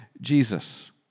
Jesus